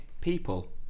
people